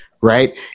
right